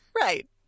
right